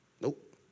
Nope